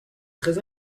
très